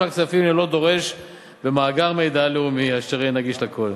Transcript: הכספים ללא דורש במאגר מידע לאומי אשר יהיה נגיש לכול.